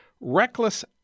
reckless